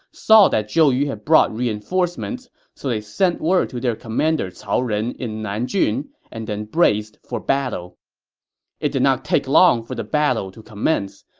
saw that zhou yu had brought reinforcements, so they sent word to their commander cao ren in nanjun and braced for battle it did not take long for the battle to commence.